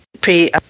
pre-